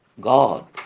God